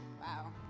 Wow